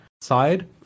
side